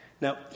Now